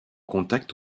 contact